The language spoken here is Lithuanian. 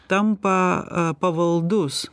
tampa pavaldus